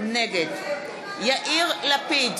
נגד יאיר לפיד,